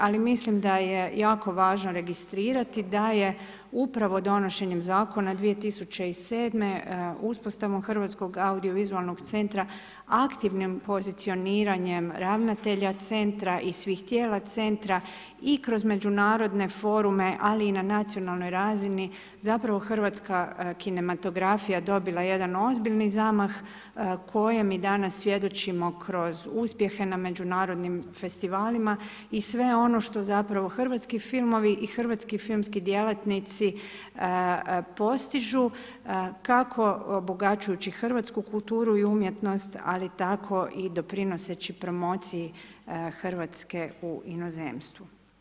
Ali, mislim da je jako važno registrirati, da je upravo donošenjem zakona 2007. uspostavom Hrvatskog audiovizualnog centra, aktivnim pozicioniranjem ravnatelja centra i svih tijela centra i kroz međunarodne forume, ali i nacionalnoj razini, zapravo Hrvatska kinematografija, dobila jedan ozbiljan zamah, kojem i danas svjedočimo kroz uspjehe na međunarodnim festivalima i sve ono što zapravo hrvatski filmovi i hrvatski filmski djelatnici postižu, kako obogaćujući hrvatsku kulturu i umjetnost, tako i doprinoseći promocije Hrvatske u inozemstvu.